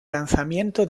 lanzamiento